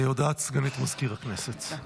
הודעת סגנית מזכיר הכנסת.